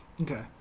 Okay